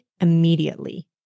immediately